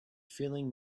feeling